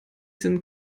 sind